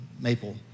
maple